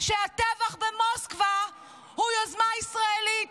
שהטבח במוסקבה הוא יוזמה ישראלית.